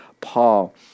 Paul